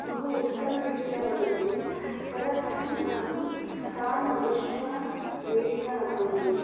बहु उत्तमरीत्या वदन्ति तदर्थम् अहं तान् दृष्ट्वा प्रेरिता अभवम्